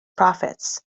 profits